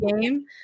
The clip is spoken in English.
game